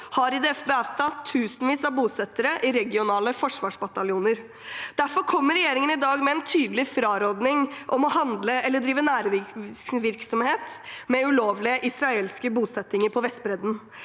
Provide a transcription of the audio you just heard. har IDF tusenvis av bosettere i regionale forsvarsbataljoner. Derfor kommer regjeringen i dag med en tydelig fraråding om å handle eller drive næringsvirksomhet med ulovlige israelske bosettinger på Vestbredden.